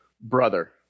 brother